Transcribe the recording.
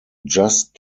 just